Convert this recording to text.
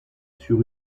sur